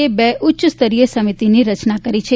એ બે ઉચ્ચસ્તરીય સમિતિની રચના કરી છે